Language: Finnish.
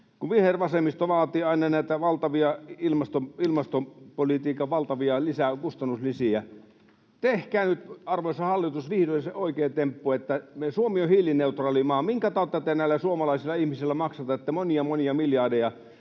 Kun vihervasemmisto vaatii aina näitä ilmastopolitiikan valtavia kustannuslisiä, tehkää nyt, arvoisa hallitus, vihdoin se oikea temppu. Suomi on hiilineutraali maa — minkä tautta te näillä suomalaisilla ihmisillä maksatatte monia, monia miljardeja